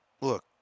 look